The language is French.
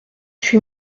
huit